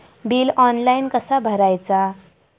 Bill online कसा भरायचा?